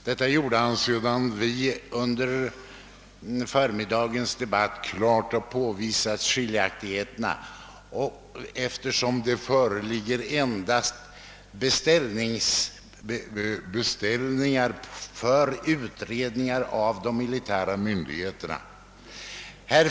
Detta gjorde han sedan vi tidigare under dagens debatt klart påvisat skiljaktigheterna och hänvisat till att det endast föreligger beställning av utredningar hos de militära myndigheterna.